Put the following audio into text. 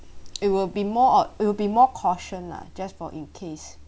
it will be more of it will be more caution lah just for in case